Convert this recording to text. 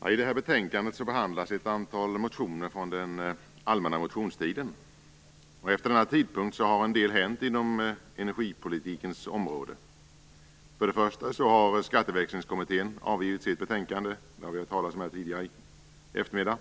Herr talman! I det här betänkandet behandlas ett antal motioner från den allmänna motionstiden. Efter denna tidpunkt har en del hänt inom energipolitikens område. För det första har Skatteväxlingskommittén avgett sitt betänkande. Det har vi hört talas om tidigare i eftermiddag.